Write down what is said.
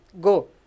go